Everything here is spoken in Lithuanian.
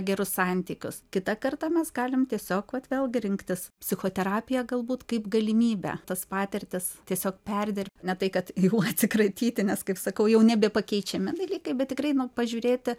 gerus santykius kitą kartą mes galim tiesiog vat vėlgi rinktis psichoterapiją galbūt kaip galimybę tas patirtis tiesiog perdirbt ne tai kad jų atsikratyti nes kaip sakau jau nebe pakeičiami dalykai bet tikrai nu pažiūrėti